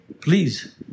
Please